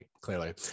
clearly